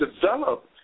develop